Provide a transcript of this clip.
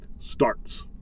starts